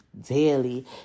Daily